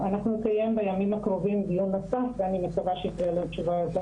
אנחנו נקיים בימים הקרובים דיון נוסף ואני מקווה שתהיה לנו תשובה...